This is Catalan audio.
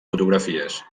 fotografies